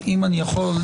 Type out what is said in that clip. אם אני יכול,